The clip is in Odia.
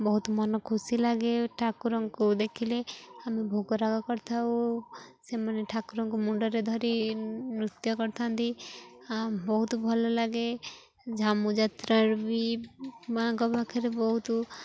ବହୁତ ମନ ଖୁସି ଲାଗେ ଠାକୁରଙ୍କୁ ଦେଖିଲେ ଆମେ ଭୋଗରାଗ କରିଥାଉ ସେମାନେ ଠାକୁରଙ୍କୁ ମୁଣ୍ଡରେ ଧରି ନୃତ୍ୟ କରିଥାନ୍ତି ବହୁତ ଭଲ ଲାଗେ ଝାମୁଯାତ୍ରାରୁ ବି ମାଆଙ୍କ ପାଖରେ ବହୁତ